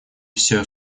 всё